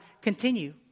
continue